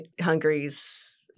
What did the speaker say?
Hungary's